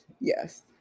yes